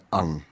ang